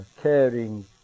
caring